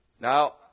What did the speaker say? now